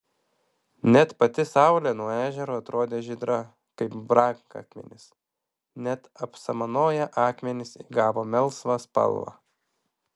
net pati saulė nuo ežero atrodė žydra kaip brangakmenis net apsamanoję akmenys įgavo melsvą spalvą